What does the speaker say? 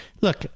look